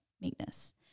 meekness